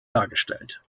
dargestellt